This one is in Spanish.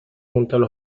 junto